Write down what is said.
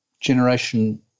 generation